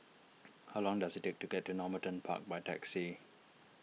how long does it take to get to Normanton Park by taxi